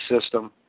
system